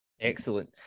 Excellent